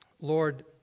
Lord